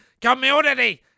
community